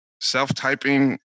self-typing